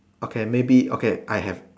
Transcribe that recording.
okay maybe okay I have